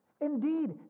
Indeed